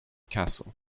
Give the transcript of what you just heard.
castle